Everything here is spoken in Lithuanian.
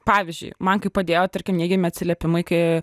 pavyzdžiui man kaip padėjo tarkim neigiami atsiliepimai kai